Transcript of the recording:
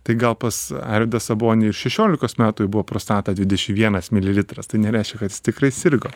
tai gal pas arvydą sabonį ir šešiolikos metų jau buvo prostata dvideši vienas mililitras tai nereiškia kad jis tikrai sirgo